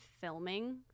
filming